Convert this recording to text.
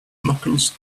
knuckles